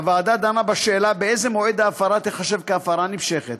הוועדה דנה בשאלה מאיזה מועד ההפרה תיחשב להפרה נמשכת.